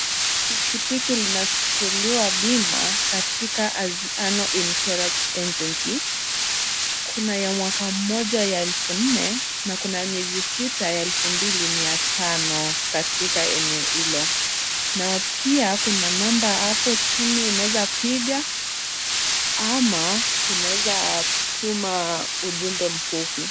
Pikipiki linachukuliwa bima katika Anziano insurance agency . Kuna ya mwaka mmoja ya elfu nne na miezi sita ya elfu mbili mia tano katika eneo hilo na pia kuna namba hapo chini unaweza piga ama unaweza tuma ujumbe mfupi.